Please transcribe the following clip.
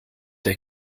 der